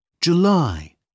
July